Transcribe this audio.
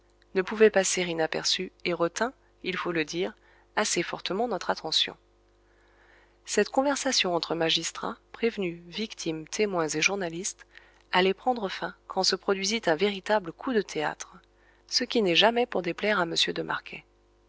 inaperçu et retint assez fortement notre attention cette conversation entre magistrats prévenus victime témoins et journaliste allait prendre fin quand se produisit un véritable coup de théâtre ce qui n'est jamais pour déplaire à m de marquet